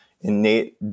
innate